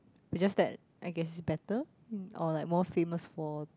is just that I guess it's better or like more famous for